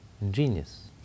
Ingenious